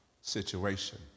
situation